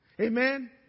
amen